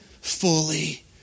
fully